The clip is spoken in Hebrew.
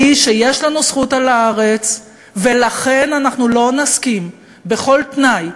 שהיא: יש לנו זכות על הארץ ולכן אנחנו לא נסכים בכל תנאי,